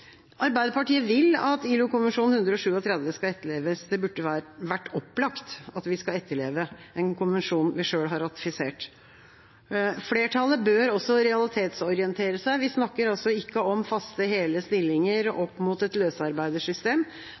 Arbeiderpartiet vil at ILO-konvensjon 137 skal etterleves. Det burde vært opplagt at vi skal etterleve en konvensjon vi selv har ratifisert. Flertallet bør også realitetsorientere seg. Vi snakker ikke om faste, hele stillinger satt opp mot et